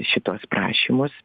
šituos prašymus